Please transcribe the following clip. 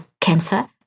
cancer